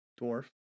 Dwarf